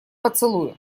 поцелую